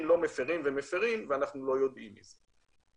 לא מפרים או מפרים ואנחנו לא יודעים מזה.